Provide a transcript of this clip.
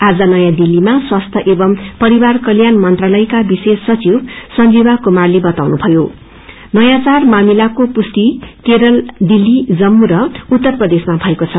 आज नयाँ दिल्लीमा स्वास्थ्य एवमू परिवार कल्याण मंत्रालयका विशेष सचिव संजीवा कूमारले बताउनुभयो नयाँ चार मामिलाको पुष्टि केरल दिल्ली जम्मू र उत्तर प्रदेशमा भएको छ